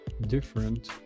different